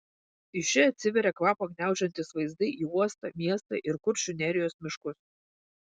iš čia atsiveria kvapą gniaužiantys vaizdai į uostą miestą ir kuršių nerijos miškus